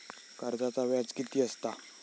कर्जाचा व्याज कीती असता?